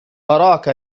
أراك